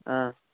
آ